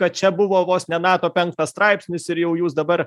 kad čia buvo vos ne nato penktas straipsnis ir jau jūs dabar